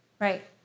right